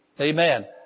Amen